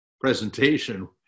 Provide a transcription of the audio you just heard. presentation